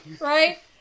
right